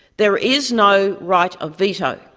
there is no right of veto,